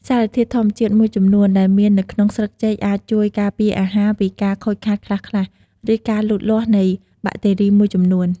សារធាតុធម្មជាតិមួយចំនួនដែលមាននៅក្នុងស្លឹកចេកអាចជួយ ការពារអាហារ ពីការខូចខាតខ្លះៗ ឬការលូតលាស់នៃបាក់តេរីមួយចំនួន។